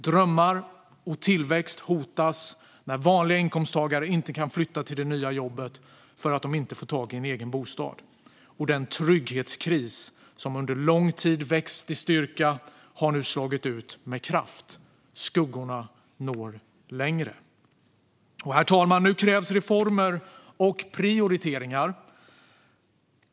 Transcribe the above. Drömmar och tillväxt hotas när vanliga inkomsttagare inte kan flytta till det nya jobbet för att de inte får tag i en egen bostad. Den trygghetskris som under lång tid växt i styrka har nu slagit ut med kraft. Skuggorna når längre. Herr talman! Nu krävs reformer och prioriteringar.